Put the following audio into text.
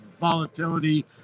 volatility